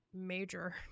major